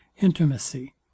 intimacy